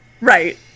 Right